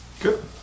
Good